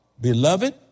Beloved